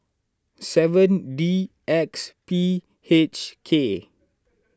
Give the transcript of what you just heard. seven D X P H K